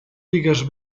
digues